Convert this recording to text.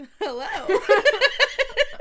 Hello